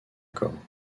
corps